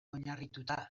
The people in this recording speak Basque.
oinarrituta